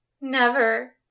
Never